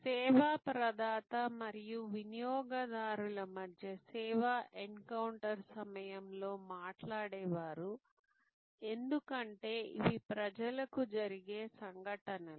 సేవా ప్రదాత మరియు వినియోగదారుల మధ్య సేవా ఎన్కౌంటర్ సమయంలో మాట్లాడేవారు ఎందుకంటే ఇవి ప్రజలకు జరిగే సంఘటనలు